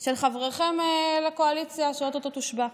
של חבריכם לקואליציה שעוד מעט תושבע: